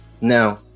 Now